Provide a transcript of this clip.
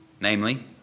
namely